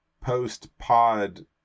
post-pod